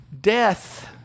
death